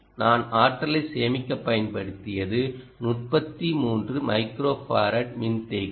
நான் ஆற்றலை சேமிக்க பயன்படுத்தியது 33 மைக்ரோஃபரட் மின்தேக்கி